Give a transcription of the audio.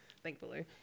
Thankfully